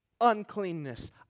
uncleanness